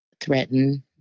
threaten